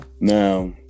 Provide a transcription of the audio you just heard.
Now